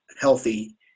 healthy